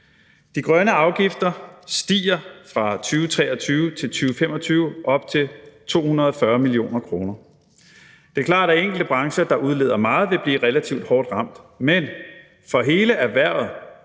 De grønne afgifter stiger fra 2023 til 2025 op til 240 mio. kr. Det er klart, at enkelte brancher, der udleder meget, vil blive relativt hårdt ramt, men for hele erhvervet